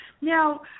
Now